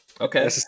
okay